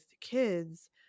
kids